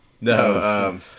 no